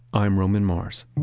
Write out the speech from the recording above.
i'm roman mars